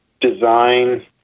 design